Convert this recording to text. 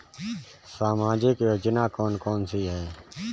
सामाजिक योजना कौन कौन सी हैं?